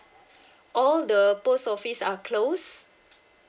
all the post office are closed